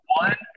one